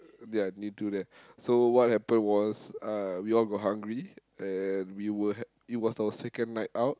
ya near to there so what happen was uh we all got hungry and we were ha~ it was our second night out